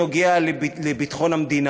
נוגע לביטחון המדינה.